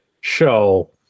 show